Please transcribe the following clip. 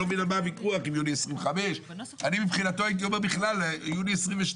אני לא מבין על מה הוויכוח אם יוני 2025. אני מבחינתו הייתי אומר בכלל יוני 2022,